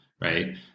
right